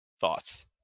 Thoughts